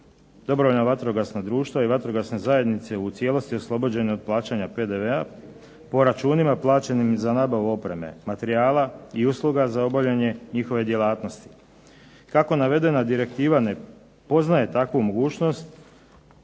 dobrovoljna vatrogasna društva i vatrogasne zajednice u cijelosti oslobođenje plaćanja PDV-a, po računima plaćenim za nabavu opreme, materijala i usluga za obavljanje njihove djelatnosti. Kako navedena direktiva ne poznaje takvu mogućnost,